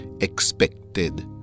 expected